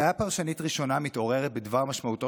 בעיה פרשנית ראשונה מתעוררת בדבר משמעותו